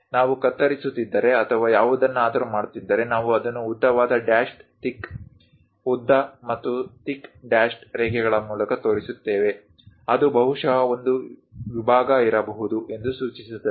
ನಾವು ಕತ್ತರಿಸುತ್ತಿದ್ದರೆ ಅಥವಾ ಯಾವುದನ್ನಾದರೂ ಮಾಡುತ್ತಿದ್ದರೆ ನಾವು ಅದನ್ನು ಉದ್ದವಾದ ಡ್ಯಾಶ್ಡ್ ಥಿಕ್ ಉದ್ದ ಮತ್ತು ಥಿಕ್ ಡ್ಯಾಶ್ಡ್ ರೇಖೆಗಳ ಮೂಲಕ ತೋರಿಸುತ್ತೇವೆ ಅದು ಬಹುಶಃ ಒಂದು ವಿಭಾಗ ಇರಬಹುದು ಎಂದು ಸೂಚಿಸುತ್ತದೆ